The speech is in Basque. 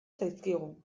zaizkigu